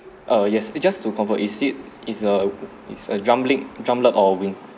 err yes it just to confirm is it is a is a drum leg drumlet or wing